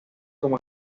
como